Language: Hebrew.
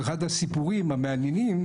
אבל אחד הסיפורים המעניינים,